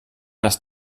das